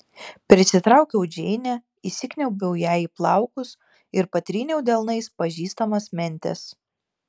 prisitraukiau džeinę įsikniaubiau jai į plaukus ir patryniau delnais pažįstamas mentes